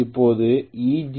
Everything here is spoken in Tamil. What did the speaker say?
இப்போது Eg